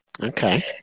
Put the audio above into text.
Okay